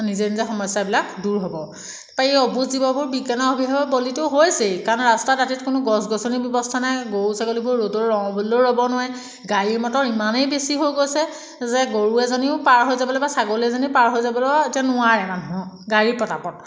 আৰু নিজে নিজে সমস্যাবিলাক দূৰ হ'ব তাৰপৰা এই অবোধ জীৱবোৰ বিজ্ঞানৰ অভিশাপৰ বলীতো হৈছেই কাৰণ ৰাস্তাৰ দাঁতিত কোনো গছ গছনিৰ ব্যৱস্থা নাই গৰু ছাগলীবোৰ ৰ'দত ৰওঁ বুলিলেও ৰ'ব নোৱাৰে গাড়ী মটৰ ইমানেই বেছি হৈ গৈছে যে গৰু এজনীও পাৰ হৈ যাবলৈ বা ছাগলী এজনীও পাৰ হৈ যাবলৈও এতিয়া নোৱাৰে মানুহৰ গাড়ীৰ প্ৰতাপত